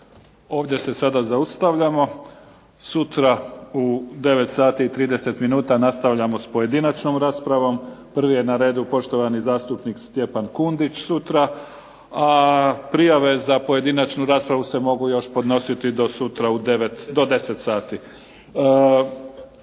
Ovdje se sada zaustavljamo. Sutra u 9 sati i 30 minuta nastavljamo s pojedinačnom raspravom. Prvi je na redu poštovani zastupnik Stjepan Kundić sutra. Prijave za pojedinačnu raspravu se mogu još podnositi do sutra do 10 sati.